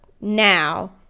now